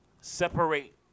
separate